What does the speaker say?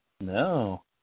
No